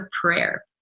prayer